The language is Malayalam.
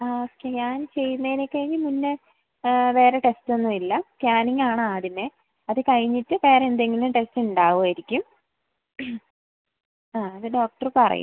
ആ സ്കാൻ ചെയ്യുന്നേനെ കഴിഞ്ഞ് മുന്നേ വേറെ ടെസ്റ്റൊന്നും ഇല്ല സ്കാനിംഗാണ് ആദ്യമേ അത് കഴിഞ്ഞിട്ട് വേറെ എന്തെങ്കിലും ടെസ്റ്റ് ഉണ്ടാകുമായിരിക്കും ആ അത് ഡോക്ടറ് പറയും